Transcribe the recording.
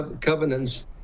covenants